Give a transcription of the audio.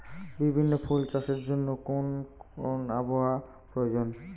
বিভিন্ন ফুল চাষের জন্য কোন আবহাওয়ার প্রয়োজন?